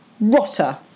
Rotter